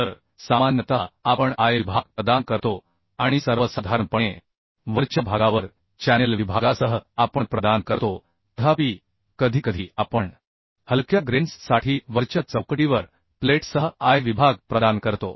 तर सामान्यतः आपण I विभाग प्रदान करतो आणि सर्वसाधारणपणे वरच्या भागावर चॅनेल विभागासह आपण प्रदान करतो तथापि कधीकधी आपण हलक्या ग्रेन्ससाठी वरच्या चौकटीवर प्लेटसह I विभाग प्रदान करतो